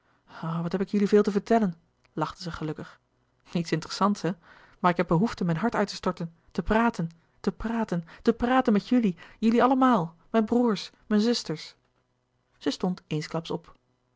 wat heb ik jullie veel te vertellen lachte zij gelukkig niets interessant hè maar ik heb behoefte mijn hart uit te storten te praten te praten te praten met jullie jullie allemaal mijn broêrs mijn zusters zij stond eensklaps op